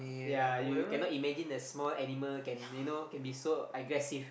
yea you cannot imagine a small animal can you know can be so aggressive